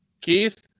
Keith